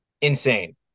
Insane